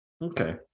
Okay